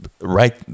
right